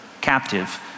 captive